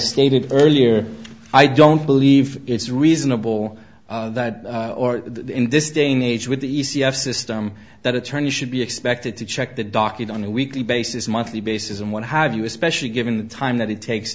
stated earlier i don't believe it's reasonable that or in this day and age with the e c f system that attorney should be expected to check the docket on a weekly basis monthly basis and what have you especially given the time that it takes